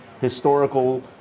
historical